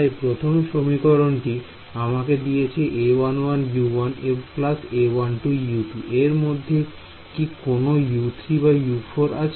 তাই প্রথম সমীকরণটি আমাকে দিয়েছে A11U1 A12U2 এর মধ্যে কি কোন U3 বা U4 আছে